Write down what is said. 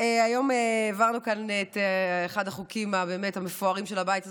היום העברנו כאן את אחד החוקים המפוארים של הבית הזה,